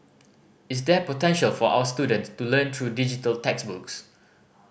is there potential for our student to learn through digital textbooks